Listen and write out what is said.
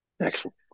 Excellent